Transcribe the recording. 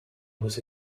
was